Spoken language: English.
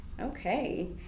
Okay